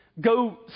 Go